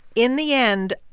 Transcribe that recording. in the end,